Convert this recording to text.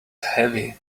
heavy